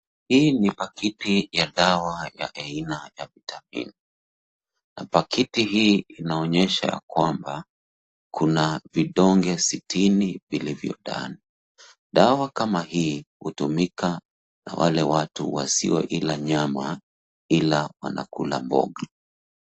Hii ni pakiti ya dawa ya aina ya Vitamin na pakiti hii inaonyesha kwamba kuna vidonge sitini vilivyo ndani. Dawa kama hii hutumika na wale watu wasioila nyama ila wanakula mboga.